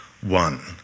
one